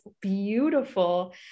beautiful